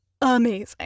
amazing